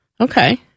Okay